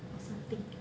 or something